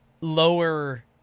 lower